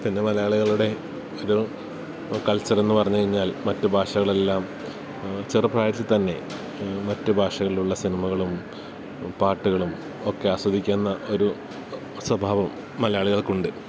പിന്നെ മലയാളികളുടെ ഒരു കൾച്ചറെന്ന് പറഞ്ഞ് കഴിഞ്ഞാൽ മറ്റ് ഭാഷകളെല്ലാം ചെറുപ്രായത്തിൽത്തന്നെ മറ്റ് ഭാഷകളിലുള്ള സിനിമകളും പാട്ട്കളും ഒക്കെ ആസ്വദിക്കുന്ന ഒരു സ്വഭാവം മലയാളികൾക്കുണ്ട്